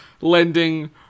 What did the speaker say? lending